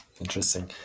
Interesting